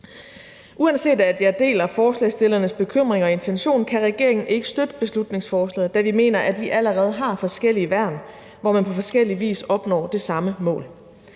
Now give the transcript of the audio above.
Selv om jeg deler forslagsstillernes bekymring og intention, kan regeringen ikke støtte beslutningsforslaget, da vi mener, at vi allerede har forskellige værn, hvor man på forskellig vis opnår det samme mål.